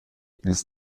ils